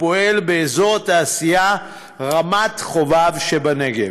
הפועל באזור התעשייה רמת חובב שבנגב,